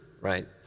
right